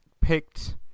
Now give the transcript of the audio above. picked